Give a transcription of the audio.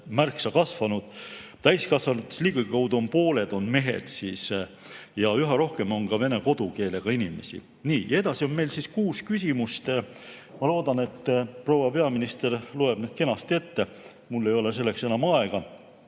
märksa kasvanud. Täiskasvanutest ligikaudu pooled on mehed. Ja üha rohkem on ka vene kodukeelega inimesi. Meil on kuus küsimust. Ma loodan, et proua peaminister loeb need kenasti ette. Mul ei ole selleks enam aega.